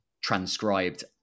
transcribed